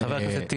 חבר הכנסת טיבי.